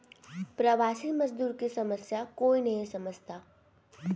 प्रवासी मजदूर की समस्या कोई नहीं समझता